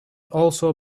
also